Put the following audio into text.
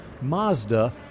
Mazda